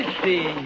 see